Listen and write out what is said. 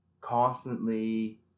constantly